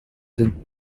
den